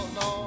no